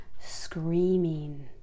screaming